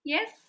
Yes